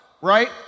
right